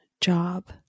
job